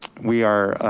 we are,